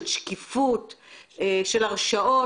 שקיפות והרשאות.